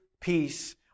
peace